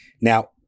Now